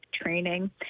training